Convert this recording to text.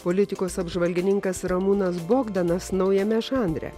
politikos apžvalgininkas ramūnas bogdanas naujame žanre